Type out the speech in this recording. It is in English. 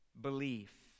belief